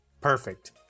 Perfect